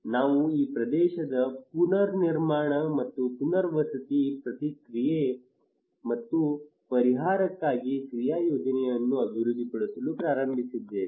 ನಾವು ಈ ಪ್ರದೇಶದ ಪುನರ್ನಿರ್ಮಾಣ ಮತ್ತು ಪುನರ್ವಸತಿ ಪ್ರತಿಕ್ರಿಯೆ ಮತ್ತು ಪರಿಹಾರಕ್ಕಾಗಿ ಕ್ರಿಯಾ ಯೋಜನೆಯನ್ನು ಅಭಿವೃದ್ಧಿಪಡಿಸಲು ಪ್ರಾರಂಭಿಸಿದ್ದೇವೆ